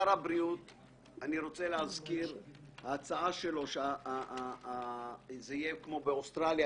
אני רוצה להזכיר שההצעה של שר הבריאות שזה יהיה כמו באוסטרליה,